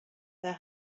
their